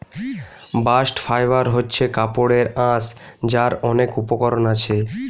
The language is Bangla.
বাস্ট ফাইবার হচ্ছে কাপড়ের আঁশ যার অনেক উপকরণ আছে